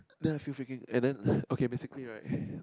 then I feel freaking and then okay basically right